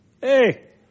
Hey